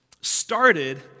started